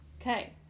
Okay